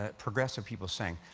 ah progressive people saying.